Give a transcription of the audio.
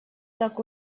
так